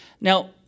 Now